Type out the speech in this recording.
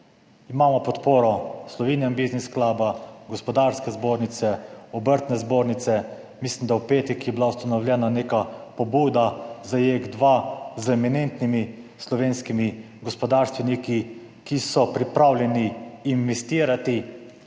Imamo podporo Slovenian Business Club, Gospodarske zbornice, Obrtne zbornice, mislim, da je bila v petek ustanovljena neka pobuda za JEK2 z eminentnimi slovenskimi gospodarstveniki, ki so pripravljeni investirati